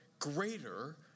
greater